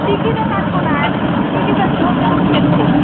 টিকিটও কাটবো না এক দিনও টি টিতে ধরবে তখন দেখবো